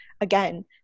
Again